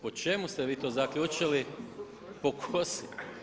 Po čemu ste vi to zaključili, po kosi?